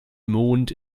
mond